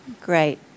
great